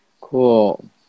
Cool